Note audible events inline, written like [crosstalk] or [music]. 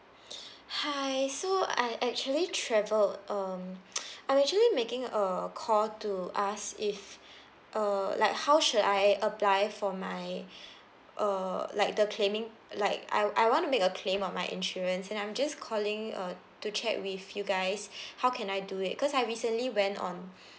[breath] hi so I actually travelled um [noise] I'm actually making a call to ask if uh like how should I apply for my uh like the claiming like I I want to make a claim on my insurance and I'm just calling uh to check with you guys [breath] how can I do it because I recently went on